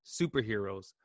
Superheroes